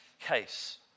case